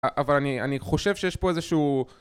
אבל אני חושב שיש פה איזשהו...